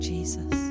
Jesus